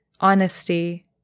honesty